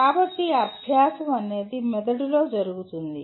కాబట్టి అభ్యాసం అనేది మెదడులో జరుగుతుంది